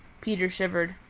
peter shivered.